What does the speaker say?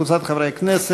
אין מתנגדים או נמנעים.